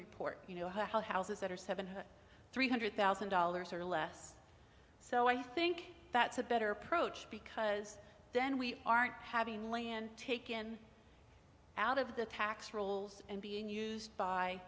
report you know how houses that are seven hundred three hundred thousand dollars or less so i think that's a better approach because then we aren't having land taken out of the tax rolls and being used by